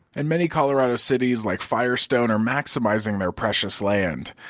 and many colorado cities like firestone are maximizing their precious land.